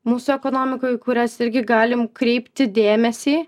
mūsų ekonomikoj į kurias irgi galim kreipti dėmesį